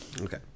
Okay